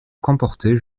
comporter